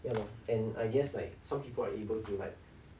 ya lor and I guess like some people are able to like